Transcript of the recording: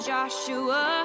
Joshua